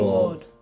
Lord